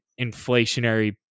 inflationary